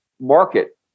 market